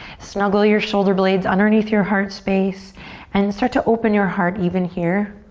snuggle your shoulder blades underneath your heart space and start to open your heart even here.